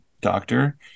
doctor